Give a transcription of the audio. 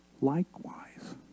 likewise